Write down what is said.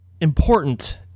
important